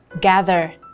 gather